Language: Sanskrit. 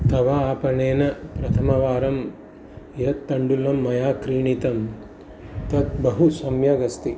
तव आपणेन प्रथमवारं यत् तण्डुलं मया क्रीणीतं तत् बहु सम्यगस्ति